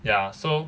: so